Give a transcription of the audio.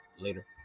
Later